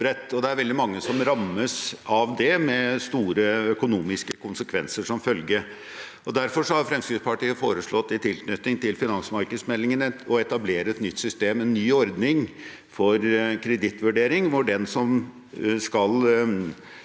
det er veldig mange som rammes av det, med store økonomiske konsekvenser som følge. Derfor har Fremskrittspartiet i tilknytning til finansmarkedsmeldingen foreslått å etablere et nytt system, en ny ordning, for kredittvurdering. Den som skal